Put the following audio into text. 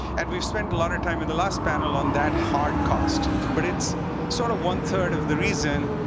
and we've spent a lot of time in the last panel on that hard cost, but it's sort of one third of the reason.